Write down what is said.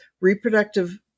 Reproductive